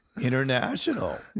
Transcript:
international